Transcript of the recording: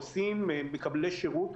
מקבלי שירות,